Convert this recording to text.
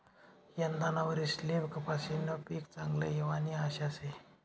यंदाना वरीसले कपाशीनं पीक चांगलं येवानी आशा शे